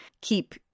keep